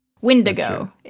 Windigo